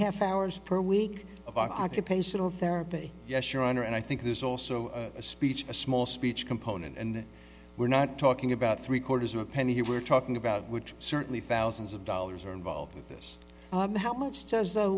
half hours per week of occupational therapy yes your honor and i think there's also a speech a small speech component and we're not talking about three quarters of a penny here we're talking about which certainly thousands of dollars are involved with this how much does